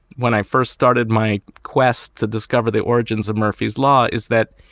when i first started, my quest to discover the origins of murphy's law is that